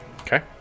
Okay